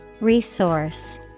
Resource